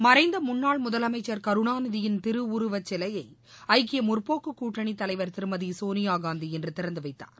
மறைந்த முன்னாள் முதலமைச்சர் கருணாநிதியின் திருவுருவச் சிலையை ஐக்கிய முற்போக்கு கூட்டணித் தலைவர் திருமதி சோனியாகாந்தி இன்று திறந்து வைத்தார்